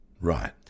Right